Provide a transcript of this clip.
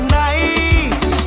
nice